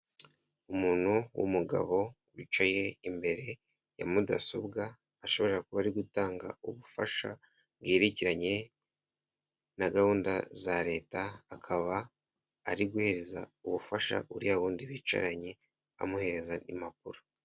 Umuntu w'umugabo wicaye imbere ya mudasobwa, ashobora kuba ari gutanga ubufasha bwerekeranye na gahunda za leta. Akaba ari guhereza ubufasha uriya wundi bicaranye, amuhereza impapuro.